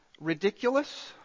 ridiculous